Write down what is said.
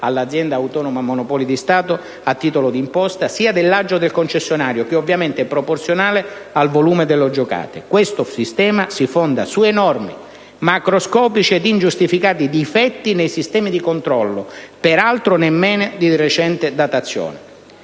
all'Amministrazione autonoma dei monopoli di Stato a titolo di imposta, sia dell'aggio del concessionario, che è ovviamente proporzionale al volume delle giocate. Questo sistema si fonda su enormi, macroscopici ed ingiustificati difetti nei sistemi di controllo, peraltro nemmeno di recente datazione.